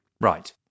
Right